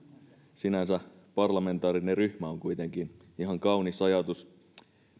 sinänsä parlamentaarinen ryhmä on kuitenkin ihan kaunis ajatus